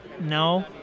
No